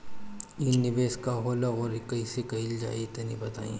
इ निवेस का होला अउर कइसे कइल जाई तनि बताईं?